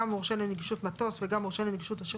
גם מורשה לנגישות מתו"ס וגם מורשה לנגישות השירות,